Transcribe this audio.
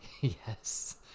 Yes